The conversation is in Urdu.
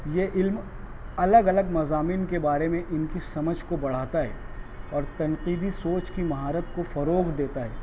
یہ علم الگ الگ مضامین کے بارے میں ان کی سمجھ کو بڑھاتا ہے اور تنقیدی سوچ کی مہارت کو فروغ دیتا ہے